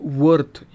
worth